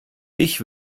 ich